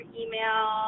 email